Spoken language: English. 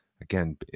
again